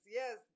yes